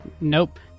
Nope